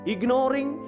Ignoring